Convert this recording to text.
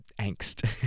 angst